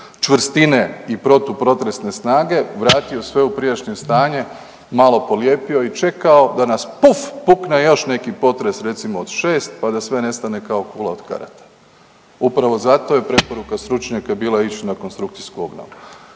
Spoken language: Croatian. čvrstine i protupotresne snage vrati sve u prijašnje stanje, malo polijepio i čekao da nas puf pukne još neki potres recimo od 6 pa da sve nestane kao kula od karata. Upravo zato je preporuka stručnjaka bila ići na konstrukciju obnovu,